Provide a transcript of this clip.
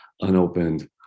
unopened